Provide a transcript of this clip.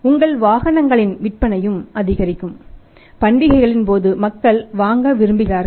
உங்கள் வாகனங்களின் விற்பனையும் அதிகரிக்கும் பண்டிகைகளின் போது மக்கள் வாங்க விரும்புகிறார்கள்